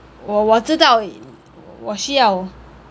我我知道我需要